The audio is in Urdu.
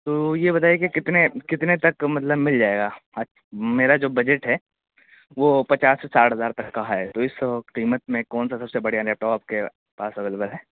تو یہ بتائیے کہ کتنے کتنے تک مطلب مل جائے گا میرا جو بجٹ ہے وہ پچاس سے ساٹھ ہزار تک کا ہے تو اس قیمت میں کون سا سب سے بڑھیا لیپ ٹاپ آپ کے پاس اویلیبل ہے